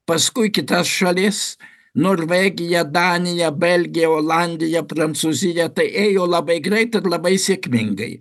paskui kitas šalis norvegiją daniją belgiją olandiją prancūziją tai ėjo labai greit ir labai sėkmingai